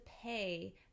pay